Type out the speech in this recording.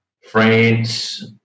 France